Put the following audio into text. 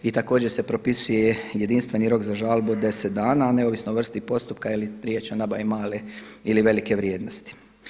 I također se propisuje jedinstveni rok za žalbu od 10 dana, neovisno o vrsti postupka jer riječ je o nabavi male ili velike vrijednosti.